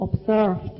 observed